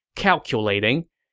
calculating,